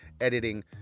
editing